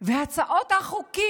בהצעות החוק,